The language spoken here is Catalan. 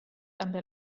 també